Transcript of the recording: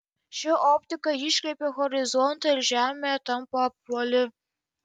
ši optika iškreipia horizontą ir žemė tampa apvali